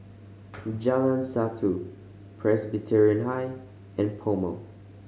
Jalan Satu Presbyterian High and PoMo